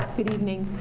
good evening.